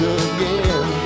again